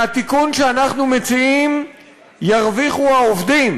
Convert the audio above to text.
מהתיקון שאנחנו מציעים ירוויחו העובדים,